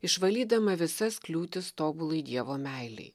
išvalydama visas kliūtis tobulai dievo meilei